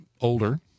older